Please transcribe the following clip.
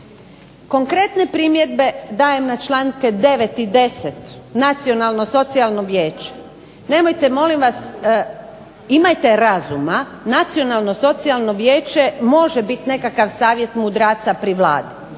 Konkretne primjedbe dajem na članke 9. i 10. Nacionalno socijalnom vijeću. Imajte razuma nacionalno socijalno vijeće može biti nekakav savjet mudraca pri Vladi,